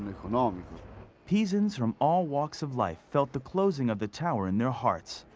and um pisans from all walks of life felt the closing of the tower in their hearts,